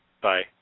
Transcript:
Bye